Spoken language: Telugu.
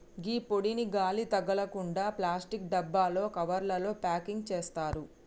గీ పొడిని గాలి తగలకుండ ప్లాస్టిక్ డబ్బాలలో, కవర్లల ప్యాకింగ్ సేత్తారు